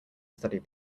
study